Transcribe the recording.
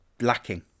lacking